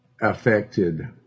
affected